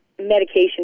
medication